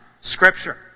Scripture